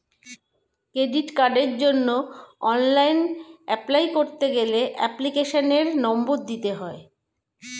credit কার্ডের জন্য online apply করতে গেলে এপ্লিকেশনের নম্বর দিতে হয়